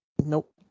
Nope